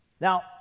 Now